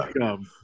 come